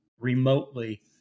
remotely